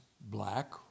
black